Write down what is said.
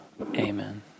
Amen